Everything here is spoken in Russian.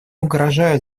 угрожают